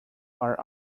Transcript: are